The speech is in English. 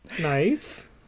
Nice